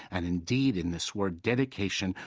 and, indeed, in this word dedication,